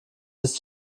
ist